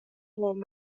قوم